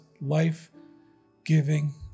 life-giving